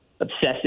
obsessive